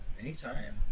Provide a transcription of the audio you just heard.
anytime